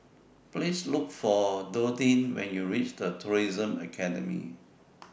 Please Look For Dorthea when YOU REACH The Tourism Academy